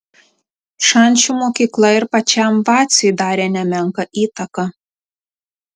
šančių mokykla ir pačiam vaciui darė nemenką įtaką